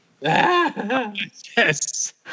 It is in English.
Yes